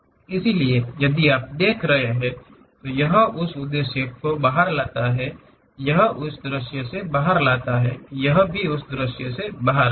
इसलिए यदि आप देख रहे हैं यह उस दृश्य के बाहर है यह दृश्य के बाहर है यह भी दृश्य के बाहर है